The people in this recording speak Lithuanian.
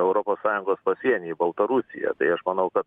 europos sąjungos pasienį į baltarusiją tai aš manau kad